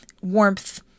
warmth